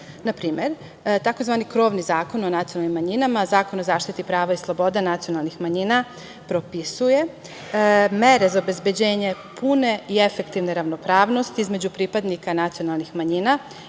primer, tzv. Krovni zakon o nacionalnim manjinama, Zakon o zaštiti prava i sloboda nacionalnih manjina propisuje mere za obezbeđenje pune i efektivne ravnopravnosti između pripadnika nacionalnih manjina